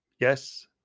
Yes